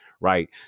right